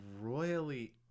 royally